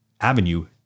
avenue